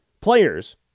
players